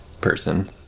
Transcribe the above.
person